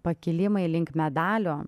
pakilimai link medalio